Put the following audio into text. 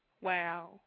Wow